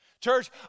Church